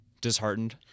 disheartened